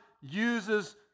uses